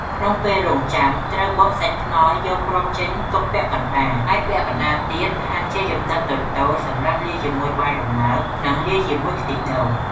ក្នុងពេលរងចាំ ត្រូវបកសាច់ខ្នុរយកគ្រាប់ចេញទុកពាក់កណ្ដាល ហើយពាក់កណ្ដាលទៀតហាន់ជាចំណិតតូចៗសម្រាប់លាយជាមួយបាយដំណើប និងលាយជាមួយខ្ទិះដូង ។